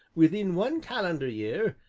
within one calendar year,